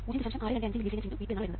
625മില്ലിസീമെൻസ് x V2 എന്നാണ് വരുന്നത്